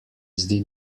zdi